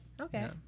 Okay